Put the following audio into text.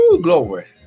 Glory